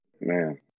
Man